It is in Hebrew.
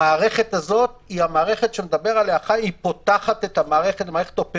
המערכת הזאת שמדבר עליה חיים היא מערכת אופרטיבית,